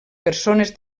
persones